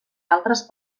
altres